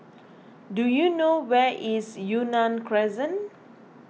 do you know where is Yunnan Crescent